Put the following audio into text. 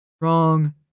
Wrong